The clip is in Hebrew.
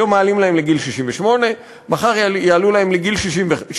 היום מעלים להם לגיל 68, מחר יעלו להם לגיל 75,